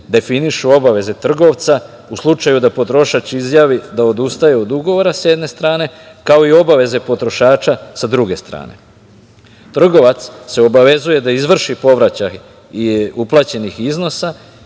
definišu obaveze trgovca u slučaju da potrošač izjavi da odustaje od ugovora sa jedne strane kao i obaveze potrošača sa druge strane. Trgovac se obavezuje da izvrši povraćaj uplaćenih iznosa